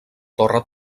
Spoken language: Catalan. torre